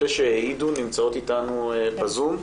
אלה שהעידו נמצאות איתנו בזום?